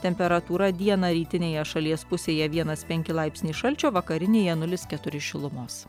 temperatūra dieną rytinėje šalies pusėje vienas penki laipsniai šalčio vakarinėje nulis keturi šilumos